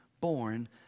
born